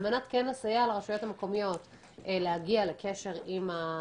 על מנת לסייע לרשויות המקומיות להגיע לקשר עם הממשלה.